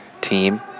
team